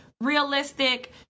realistic